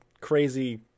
crazy